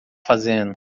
fazendo